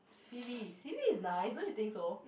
C_B C_B is nice don't you think so